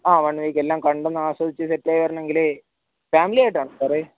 ആ one week എല്ലാം കണ്ടൊന്ന് ആസ്വദിച്ച് സെറ്റായി വരാണമെങ്കിലേ ഫാമിലിയായിട്ടാണോ സാറേ